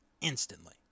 instantly